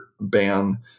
ban